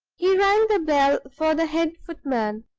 he rang the bell for the head footman,